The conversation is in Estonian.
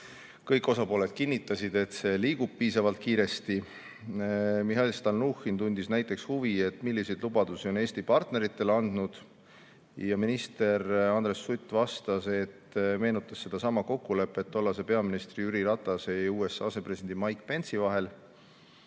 Kõik osapooled kinnitasid, et see liigub piisavalt kiiresti. Mihhail Stalnuhhin tundis huvi, milliseid lubadusi on Eesti partneritele andnud. Minister Andres Sutt meenutas vastates sedasama kokkulepet tollase peaministri Jüri Ratase ja USA asepresidendi Mike Pence'i vahel.